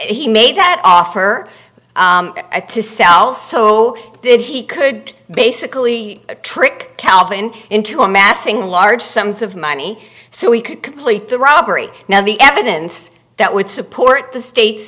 he made that offer to sell so that he could basically trick calvin into amassing large sums of money so he could complete the robbery now the evidence that would support the state